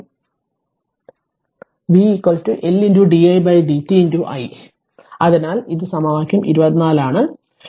അതിനാൽ v L di dt i അതിനാൽ ഇത് സമവാക്യം 24 ആണ്